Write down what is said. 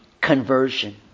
conversion